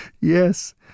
Yes